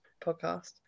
podcast